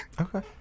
Okay